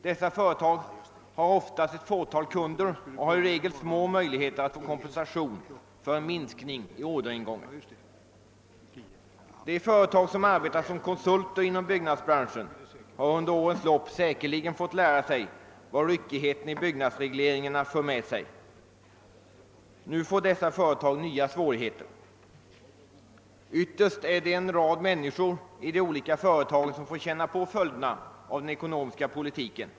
De har oftast ett fåtal kunder och i regel små möjligheter att få kompensation för en minskad orderingång. De företag som arbetar som konsulter inom byggnadsbranschen har under årens lopp säkerligen fått lära sig vad ryckigheten i byggnadsregleringen för med sig. Nu får dessa företag nya svårigheter. Ytterst är det en rad människor i de olika företagen som får känna på följderna av den ekonomiska politiken.